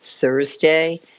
Thursday